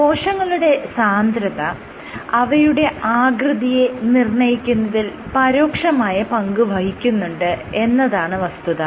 കോശങ്ങളുടെ സാന്ദ്രത അവയുടെ ആകൃതിയെ നിർണ്ണയിക്കുന്നതിൽ പരോക്ഷമായ പങ്ക് വഹിക്കുന്നുണ്ട് എന്നതാണ് വസ്തുത